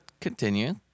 continue